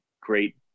Great